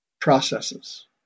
processes